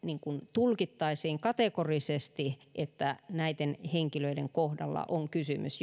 tulkittaisiin kategorisesti että näiden henkilöiden kohdalla on kysymys